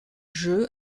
jeux